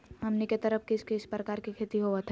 हमनी के तरफ किस किस प्रकार के खेती होवत है?